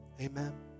Amen